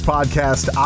Podcast